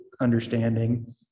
understanding